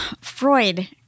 Freud